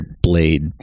blade